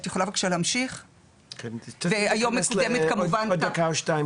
עוד דקה או שתיים.